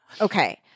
Okay